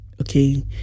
okay